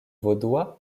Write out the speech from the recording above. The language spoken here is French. vaudois